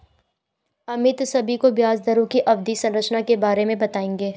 अमित सभी को ब्याज दरों की अवधि संरचना के बारे में बताएंगे